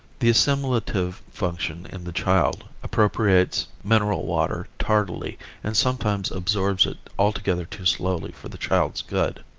the assimilative function in the child appropriates mineral water tardily and sometimes absorbs it altogether too slowly for the child's good.